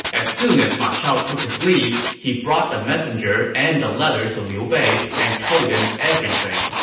as soon as ma chao took his leave, he brought the messenger and the letter to liu bei and told him everything.